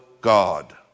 God